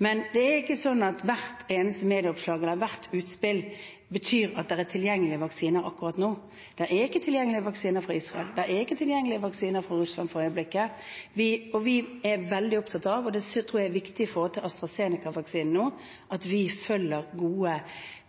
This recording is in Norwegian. Men det er ikke sånn at hvert eneste medieoppslag eller hvert utspill betyr at det er tilgjengelige vaksiner akkurat nå. Det er ikke tilgjengelige vaksiner fra Israel. Det er ikke tilgjengelige vaksiner fra Russland for øyeblikket. Vi er veldig opptatt av – og det tror jeg er viktig med tanke på AstraZeneca-vaksinen nå – at vi følger gode